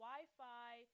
Wi-Fi